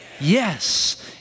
Yes